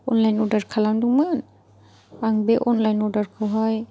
online अरदार खालामदोंमोन आं बे अनलाइन अरदारखौहाय